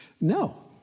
No